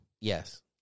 yes